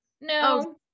No